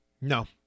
No